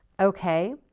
okay.